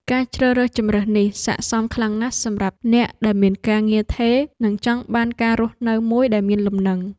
ការជ្រើសរើសជម្រើសនេះស័ក្តិសមខ្លាំងណាស់សម្រាប់អ្នកដែលមានការងារថេរនិងចង់បានការរស់នៅមួយដែលមានលំនឹង។